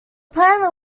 planned